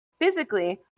Physically